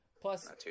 Plus